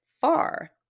far